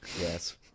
Yes